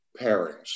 pairings